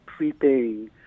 prepaying